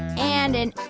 and an